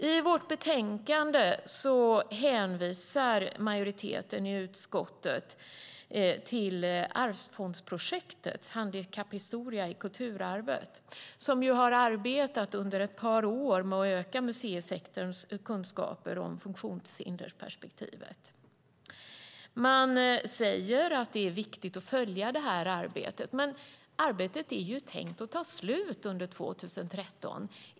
I vårt betänkande hänvisar majoriteten i utskottet till arvsfondsprojektet Handikapphistoria i kulturarvet, som har arbetat under ett par år med att öka museisektorns kunskaper om funktionshindersperspektivet. Man säger att det är viktigt att följa arbetet. Arbetet är dock tänkt att ta slut under 2013.